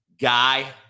guy